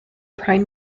prime